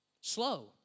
Slow